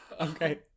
Okay